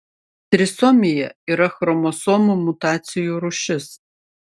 trisomija yra chromosomų mutacijų rūšis